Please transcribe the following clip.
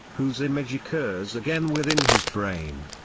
whose image occurs again within his brain.